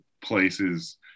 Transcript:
places